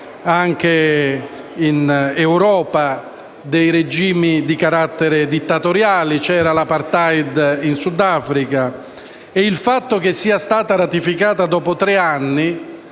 anche in Europa, dei regimi di carattere dittatoriale e c'era l'*apartheid* in Sudafrica. Il fatto che sia stata ratificata dopo tre anni